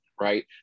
right